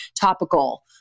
topical